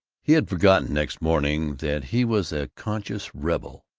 he had forgotten, next morning, that he was a conscious rebel,